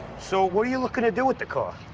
so, what are you looking to do with the car?